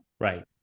Right